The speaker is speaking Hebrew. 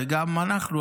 וגם אנחנו.